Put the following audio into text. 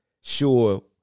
sure